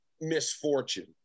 misfortune